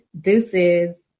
Deuces